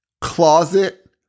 Closet